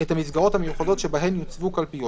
את המסגרות המיוחדות שבהן יוצבו קלפיות,